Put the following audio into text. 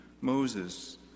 Moses